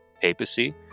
papacy